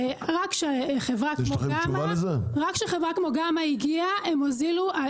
רק כשחברה כמו גמא הגיעה הם הוזילו.